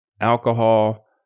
alcohol